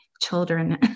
children